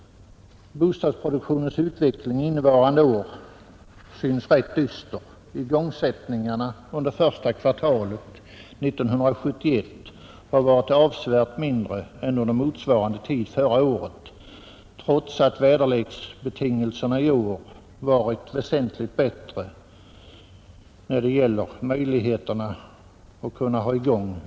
Bostadsproduktionens utveckling innevarande år synes rätt dyster. Igångsättningarna under första kvartalet 1971 har varit avsevärt färre än under motsvarande tid förra året, trots att väderleksbetingelserna i år varit väsentligt bättre för att hålla vinterbyggen i gång.